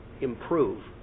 improve